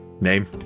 Name